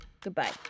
goodbye